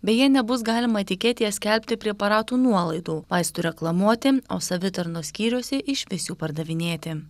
beje nebus galima etiketėje skelbti preparatų nuolaidų vaistų reklamuoti o savitarnos skyriuose išvis jų pardavinėti